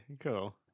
cool